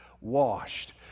washed